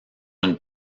une